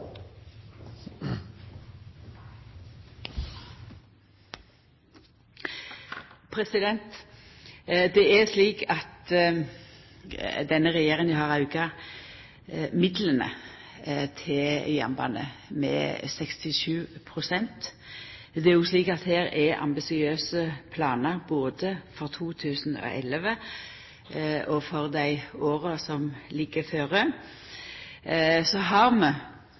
Det er slik at denne regjeringa har auka midlane til jernbane med 67 pst. Det er òg slik at det er ambisiøse planar både for 2011 og for dei åra som ligg føre. Så har